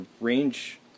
range